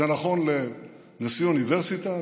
זה נכון לנשיא אוניברסיטה,